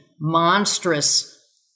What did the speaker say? monstrous